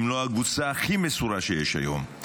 אם לא הקבוצה הכי מסורה שיש היום.